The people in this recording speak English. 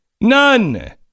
None